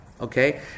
Okay